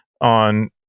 on